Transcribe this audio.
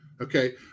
okay